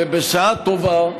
ובשעה טובה,